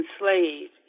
enslaved